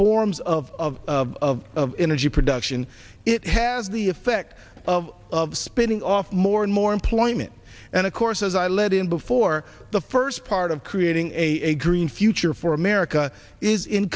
forms of energy production it has the effect of spinning off more and more employment and of course as i lead in before the first part of creating a green future for america is in